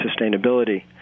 sustainability